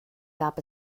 gab